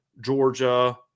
Georgia